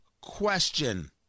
question